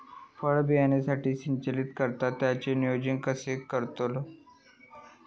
फळबागेसाठी सिंचन करतत त्याचो नियोजन कसो करतत?